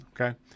okay